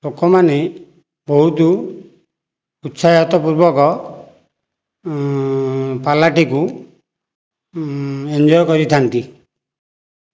ଲୋକମାନେ ବହୁତ ଉତ୍ସାହିତ ପୂର୍ବକ ପାଲାଟିକୁ ଏଞ୍ଜୟ କରିଥାନ୍ତି